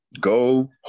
Go